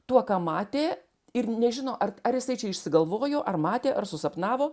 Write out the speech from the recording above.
tuo ką matė ir nežino ar ar jisai čia išsigalvojo ar matė ar susapnavo